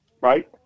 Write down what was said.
right